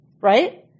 Right